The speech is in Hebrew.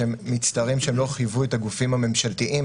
שהם מצטערים שהם לא חייבו את הגופים הממשלתיים